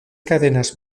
cadenas